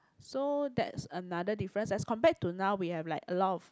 so that's another difference as compared to now we have like a lot of